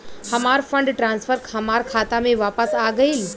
हमार fund transfer हमार खाता में वापस आ गइल